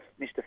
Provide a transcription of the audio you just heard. Mr